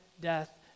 death